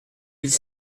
mille